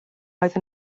oedd